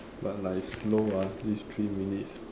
but like slow ah these three minutes